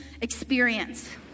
experience